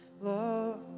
love